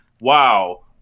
wow